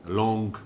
long